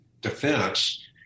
defense